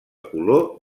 color